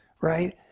right